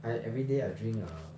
I everyday I drink err